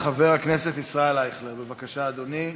חבר הכנסת ישראל אייכלר, בבקשה, אדוני.